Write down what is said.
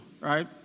right